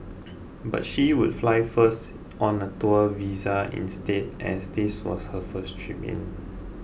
but she would fly first on a tourist visa instead as this was her first trip in